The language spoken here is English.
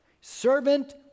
Servant